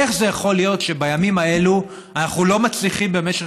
איך זה יכול להיות שבימים האלה אנחנו לא מצליחים במשך